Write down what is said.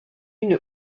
une